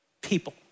people